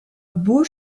beau